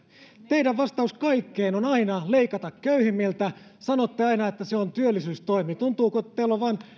teidän vastauksenne kaikkeen on aina leikata köyhimmiltä sanotte aina että se on työllisyystoimi tuntuu että kunhan teillä olisi vaan